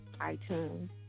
iTunes